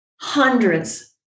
Hundreds